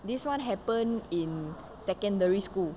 this one happened in secondary school